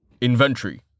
Inventory